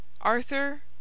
ARTHUR